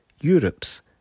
Europe's